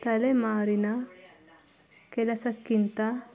ತಲೆಮಾರಿನ ಕೆಲಸಕ್ಕಿಂತ